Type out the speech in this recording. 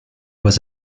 was